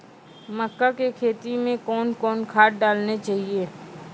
मक्का के खेती मे कौन कौन खाद डालने चाहिए?